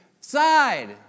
side